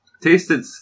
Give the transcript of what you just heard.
tasted